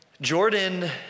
Jordan